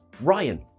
Ryan